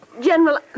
General